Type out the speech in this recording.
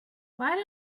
why